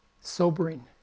Sobering